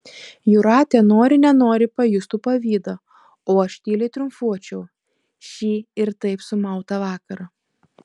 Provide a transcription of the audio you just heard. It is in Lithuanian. jūratė nori nenori pajustų pavydą o aš tyliai triumfuočiau šį ir taip sumautą vakarą